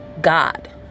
God